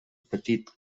petit